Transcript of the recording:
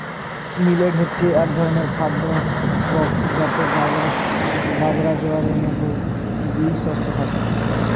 millet হচ্ছে এক ধরনের খাদ্য গ্রূপ যাতে বাজরা, জোয়ারের মতো যেই শস্য থাকে